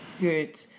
Good